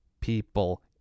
People